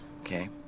okay